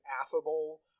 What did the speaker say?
affable